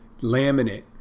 laminate